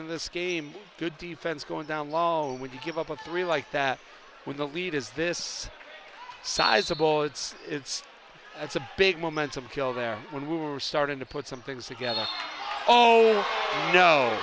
in this game good defense going down a long way to give up a three like that when the lead is this sizable it's it's it's a big momentum kill there when we were starting to put some things together oh no